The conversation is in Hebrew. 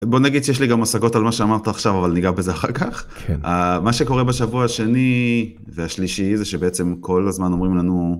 בוא נגיד שיש לי גם הסגות על מה שאמרת עכשיו אבל ניגע בזה אחר כך מה שקורה בשבוע השני והשלישי זה שבעצם כל הזמן אומרים לנו.